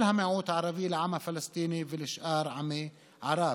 המיעוט הערבי לעם הפלסטיני ולשאר עמי ערב.